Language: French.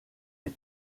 est